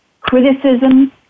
criticism